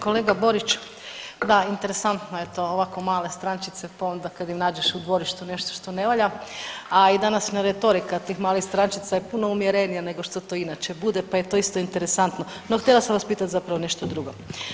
Kolega Borić, da interesantno je to, ovako male strančice, pa onda kad im nađeš u dvorištu nešto što ne valja, a i današnja retorika tih malih strančica je puno umjerenija nego što to inače bude, pa je to isto interesantno, no htjela sam vas pitat zapravo nešto drugo.